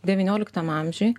devynioliktam amžiuj